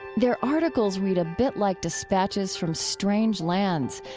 their articles read a bit like dispatches from strange lands.